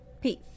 Peace